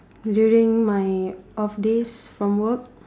during my off days from work